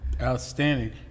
Outstanding